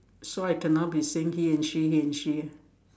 so I cannot be saying he and she he and she ah